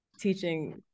teaching